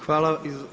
Hvala.